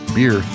Beer